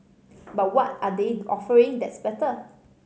but what are they offering that's better